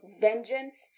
vengeance